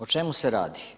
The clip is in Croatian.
O čemu se radi?